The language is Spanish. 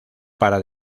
para